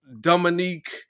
Dominique